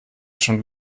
schon